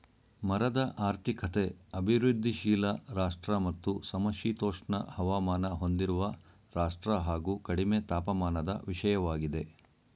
ಮರದ ಆರ್ಥಿಕತೆ ಅಭಿವೃದ್ಧಿಶೀಲ ರಾಷ್ಟ್ರ ಮತ್ತು ಸಮಶೀತೋಷ್ಣ ಹವಾಮಾನ ಹೊಂದಿರುವ ರಾಷ್ಟ್ರ ಹಾಗು ಕಡಿಮೆ ತಾಪಮಾನದ ವಿಷಯವಾಗಿದೆ